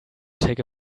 take